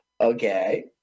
Okay